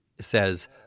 says